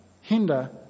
hinder